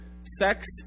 sex